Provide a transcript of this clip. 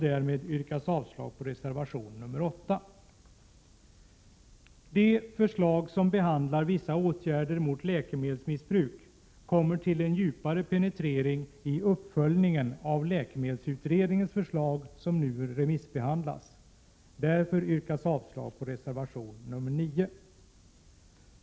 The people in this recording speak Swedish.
Därmed yrkar jag avslag på reservation 8. De förslag som gäller vissa åtgärder mot läkemedelsmissbruk penetreras djupare vid uppföljningen av läkemedelsutredningens förslag, som nu remissbehandlas. Därför yrkar jag avslag på reservation 9.